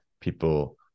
people